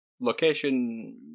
location